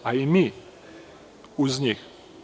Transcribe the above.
A i mi uz njih.